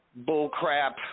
bullcrap